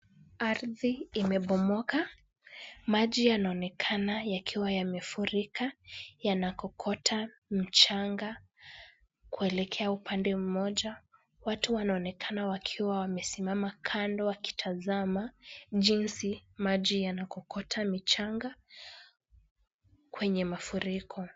Ardhi imebomoka. Maji yanaonekana yakiwa yamefurika. Yanakokota mchanga kuelekea upande mmoja. Watu wanaonekana wakiwa wamesimama kando wakitazama jinsi maji yanakokota mchanga kwenye mafuriko.